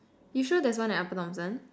you sure there's one at upper Thomson